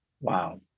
wow